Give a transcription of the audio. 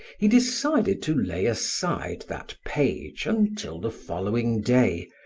he decided to lay aside that page until the following day,